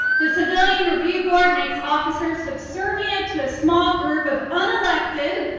the civilian review board makes officers subservient to a small group of unelected,